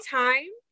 time